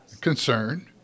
concern